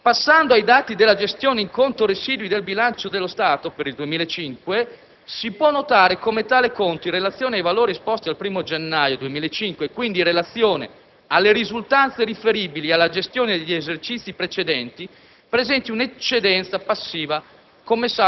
Passando ai dati della gestione in conto residui del bilancio dello Stato per il 2005, si può notare come tale conto, in relazione ai valori esposti al 1° gennaio 2005 e quindi in relazione alle risultanze riferibili alla gestione degli esercizi precedenti, presenti un'eccedenza passiva,